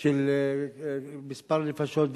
של מספר נפשות,